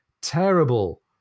terrible